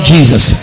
Jesus